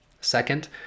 Second